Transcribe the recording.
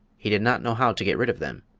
he did not know how to get rid of them,